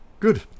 good